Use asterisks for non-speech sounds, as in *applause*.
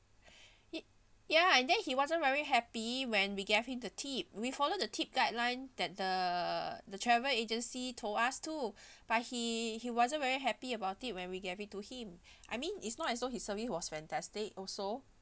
*breath* he ya and then he wasn't very happy when we gave him the tip we follow the tip guideline that the the travel agency told us too *breath* but he he wasn't very happy about it when we gave it to him *breath* I mean it's not as though his service was fantastic also